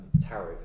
tarot